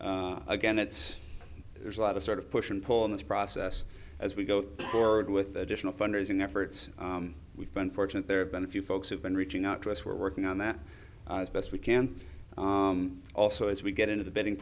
again it's there's a lot of sort of push and pull in this process as we go forward with additional fundraising efforts we've been fortunate there have been a few folks have been reaching out to us we're working on that as best we can also as we get into the bidding